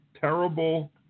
terrible